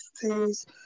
Please